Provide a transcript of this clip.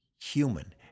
human